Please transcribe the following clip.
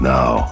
Now